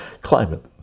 Climate